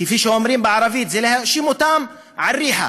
כפי שאומרים בערבית, זה להאשים אותם "אל-ריחא",